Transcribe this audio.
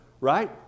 Right